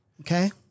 Okay